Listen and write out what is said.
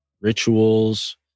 rituals